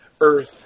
earth